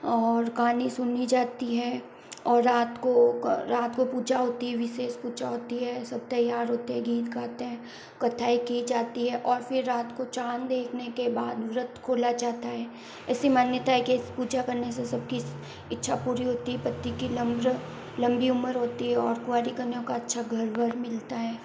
और कहानी सुनी जाती है और रात को रात को पूजा होती है विशेष पूजा होती है सब तैयार होते हैं गीत गाते हैं कथायें की जाती है और फिर रात को चाँद देखने के बाद व्रत खोला जाता है ऐसी मान्यता है कि इस पूजा करने से सबकी इच्छा पूरी होती है पति की लम्बी उम्र होती है और कुंवारी कन्या को अच्छा घर वर मिलता है